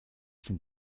sind